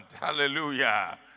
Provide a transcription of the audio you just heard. Hallelujah